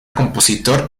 compositor